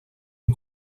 the